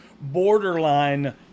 borderline